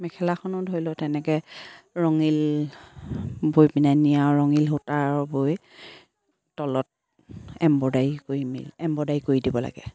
মেখেলাখনো ধৰি লওক তেনেকৈ ৰঙিল বয় পিনে নিয়া ৰঙিল সূতাৰ বয় তলত এম্ব্ৰইডাৰী কৰি মিল এম্ব্ৰইডাৰী কৰি দিব লাগে